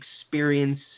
experience